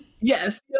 Yes